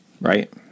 Right